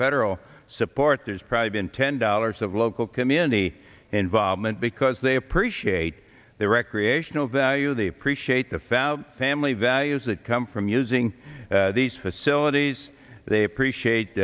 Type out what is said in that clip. federal support there's probably been ten dollars of local community involvement because they appreciate the recreational value they appreciate the fallow family values that come from using these facilities they appreciate